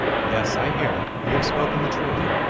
yes, i hear you have spoken the truth,